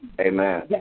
Amen